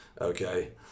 okay